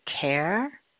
care